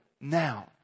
now